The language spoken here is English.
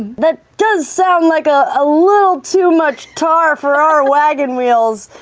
that does sound like a ah little too much tar for our wagon wheels.